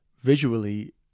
visually